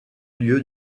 lieu